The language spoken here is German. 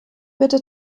bitte